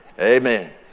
Amen